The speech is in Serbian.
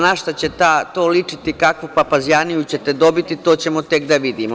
Na šta će to ličiti, kakvu papazjaniju će te dobiti, to ćemo tek da vidimo.